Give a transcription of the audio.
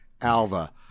Alva